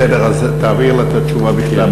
בסדר, אז תעביר לה את התשובה בכתב.